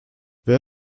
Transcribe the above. wer